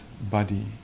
body